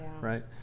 right